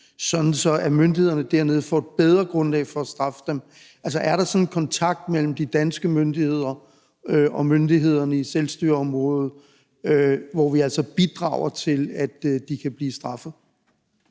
sådan at myndighederne dernede får et bedre grundlag for at straffe dem? Er der sådan en kontakt mellem de danske myndigheder og myndighederne i selvstyreområdet, hvor vi altså bidrager til, at de kan blive straffet?